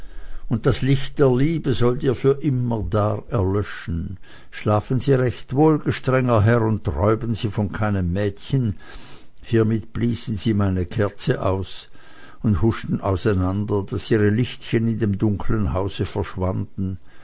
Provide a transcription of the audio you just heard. und das licht der liebe soll dir für immerdar erlöschen schlafen sie recht wohl gestrenger herr und träumen sie von keinem mädchen hiemit bliesen sie meine kerze aus und huschten auseinander daß ihre lichtchen in dem dunklen hause verschwanden